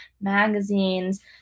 magazines